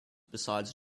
besides